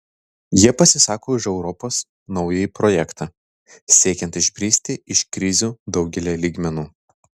jie pasisako už europos naująjį projektą siekiant išbristi iš krizių daugelyje lygmenų